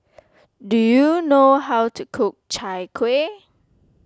do you know how to cook Chai Kueh